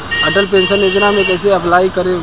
Atal pension योजना मे कैसे अप्लाई करेम?